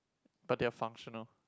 but they're functional